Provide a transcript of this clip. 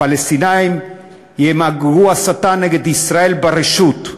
הפלסטינים ימגרו הסתה נגד ישראל ברשות.